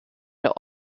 der